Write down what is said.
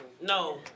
No